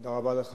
תודה רבה לך.